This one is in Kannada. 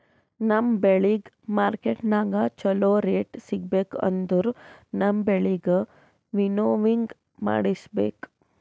ನಮ್ ಬೆಳಿಗ್ ಮಾರ್ಕೆಟನಾಗ್ ಚೋಲೊ ರೇಟ್ ಸಿಗ್ಬೇಕು ಅಂದುರ್ ನಮ್ ಬೆಳಿಗ್ ವಿಂನೋವಿಂಗ್ ಮಾಡಿಸ್ಬೇಕ್